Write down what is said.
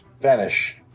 vanish